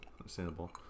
understandable